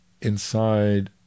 inside